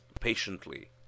patiently